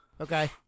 Okay